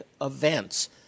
events